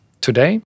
today